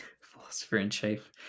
Philosopher-in-chief